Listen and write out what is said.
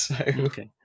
Okay